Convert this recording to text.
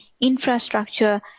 infrastructure